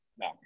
No